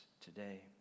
today